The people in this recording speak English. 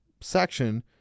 section